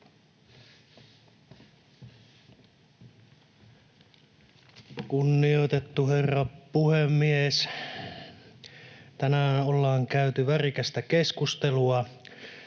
Kunnioitettu herra puhemies! Tänään ollaan käyty värikästä keskustelua